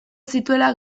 zituela